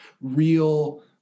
real